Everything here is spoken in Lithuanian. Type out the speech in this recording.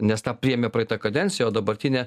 nes tą priėmė praeita kadencija o dabartinė